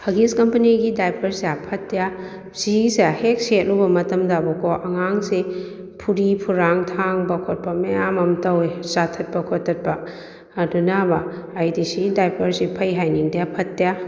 ꯍꯛꯒꯤꯁ ꯀꯝꯄꯅꯤꯒꯤ ꯗꯥꯏꯄ꯭ꯔꯁꯦ ꯐꯠꯇꯦ ꯁꯤꯒꯤꯁꯦ ꯍꯦꯛ ꯁꯦꯠꯂꯨꯕ ꯃꯇꯝꯗꯀꯣ ꯑꯉꯥꯡꯁꯦ ꯐꯨꯔꯤ ꯐꯨꯔꯥꯡ ꯊꯥꯡꯕ ꯈꯣꯠꯄ ꯃꯌꯥꯝ ꯑꯃ ꯇꯧꯑꯦ ꯆꯥꯊꯠꯄ ꯈꯣꯠꯇꯠꯄ ꯑꯗꯨꯅꯕ ꯑꯩꯗꯤ ꯁꯤꯒꯤ ꯗꯥꯏꯄ꯭ꯔꯁꯤ ꯐꯩ ꯍꯥꯏꯅꯤꯡꯗꯦ ꯐꯠꯇꯦ